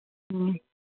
ᱦᱮᱸ